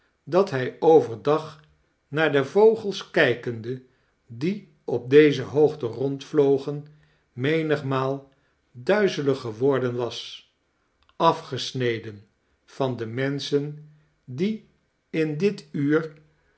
dat hij over dag naar de vogels kijkeiide die op deze hoogte rondvlogen menigmaal duizelig geworden was afgesneden van de menschen die in dit imr